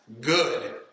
good